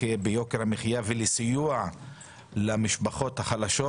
ביוקר המחייה וסיוע למשפחות החלשות"